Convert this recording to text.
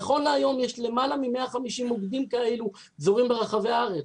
נכון להיום יש למעלה מ-150 מוקדים כאלו פזורים ברחבי הארץ.